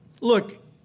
Look